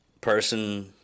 person